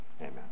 amen